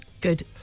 Good